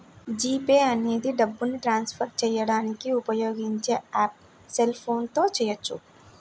G Pay అనేది డబ్బుని transfer చేయడానికి ఉపయోగించే యాప్పు సెల్ ఫోన్ తో చేయవచ్చు